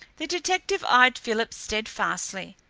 the detective eyed philip steadfastly.